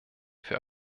für